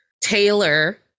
Taylor